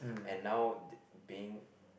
and now being